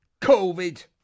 Covid